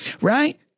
Right